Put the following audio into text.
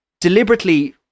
deliberately